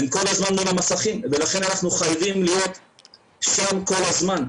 הם כל הזמן מול המסכים ולכן אנחנו חייבים להיות שם כל הזמן.